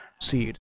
seed